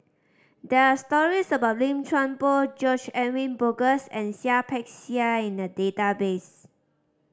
there are stories about Lim Chuan Poh George Edwin Bogaars and Seah Peck Seah in the database